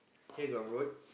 here got road